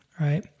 right